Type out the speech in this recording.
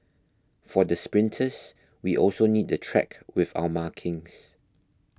for the sprinters we also need the track with our markings